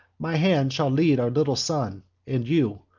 my hand shall lead our little son and you,